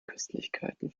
köstlichkeiten